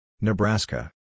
Nebraska